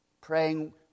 Praying